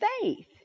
faith